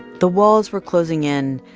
the walls were closing in,